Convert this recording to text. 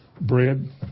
bread